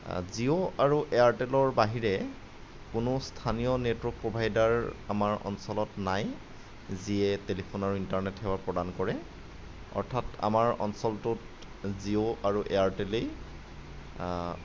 জিঅ আৰু এয়াৰটেলৰ বাহিৰে কোনো স্থানীয় নেটৱৰ্ক প্ৰভাইডাৰ আমাৰ অঞ্চলত নাই যিয়ে টেলিফোনৰ ইন্টাৰনেট সেৱা প্ৰদান কৰে অৰ্থাৎ আমাৰ অঞ্চলটোত জিঅ' আৰু এয়াৰটেলেই